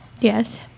Yes